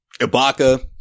Ibaka